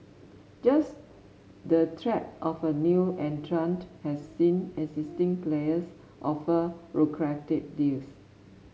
just the threat of a new entrant has seen existing players offer lucrative deals